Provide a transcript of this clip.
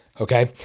Okay